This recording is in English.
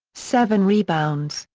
seven rebounds,